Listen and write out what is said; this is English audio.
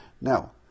Now